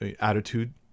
attitude